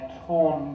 torn